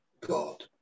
God